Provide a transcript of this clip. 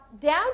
down